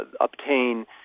obtain